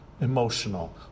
emotional